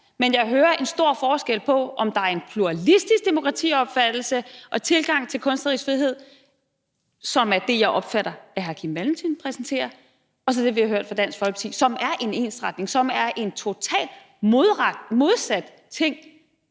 det, er der en stor forskel – der er den pluralistiske demokratiopfattelse og tilgang til kunstnerisk frihed, som er det, jeg opfatter at hr. Kim Valentin repræsenterer, og så er der det, vi har hørt fra Dansk Folkeparti, som er en ensretning og totalt det modsatte